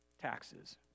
Taxes